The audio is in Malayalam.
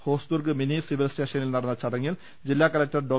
ഹോസ്ദുർഗ് മിനി സിവിൽ സ്റ്റേഷനിൽ നടന്ന ചടങ്ങിൽ ജില്ലാ കലക്ടർ ഡോ